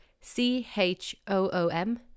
C-H-O-O-M